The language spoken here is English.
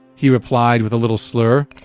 he replied with a little slur.